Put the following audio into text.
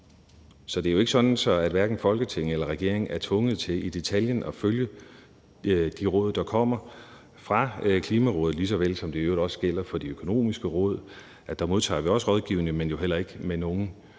så det er ikke sådan, at hverken Folketinget eller regeringen er tvunget til i detaljen at følge de råd, der kommer fra Klimarådet, lige så vel som det også gælder for de økonomiske råd, nemlig at der modtager vi også rådgivning, men heller ikke med nogen